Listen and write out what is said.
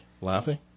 laughing